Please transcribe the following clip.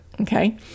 okay